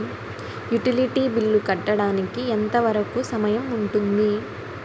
Utility bill కట్టడానికి ఎంత వరుకు సమయం ఉంటుంది?